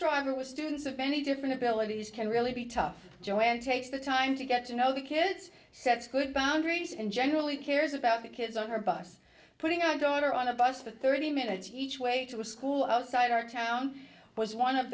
driver with students of many different abilities can really be tough joel takes the time to get to know the kids so it's good boundaries in general he cares about the kids on her bus putting our daughter on a bus for thirty minutes each way to a school outside our town was one of